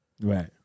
Right